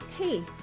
Hey